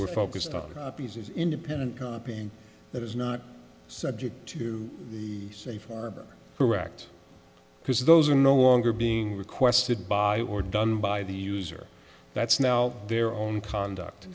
we're focused on these independent copying that is not subject to the safe harbor correct because those are no longer being requested by or done by the user that's now their own conduct